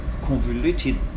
convoluted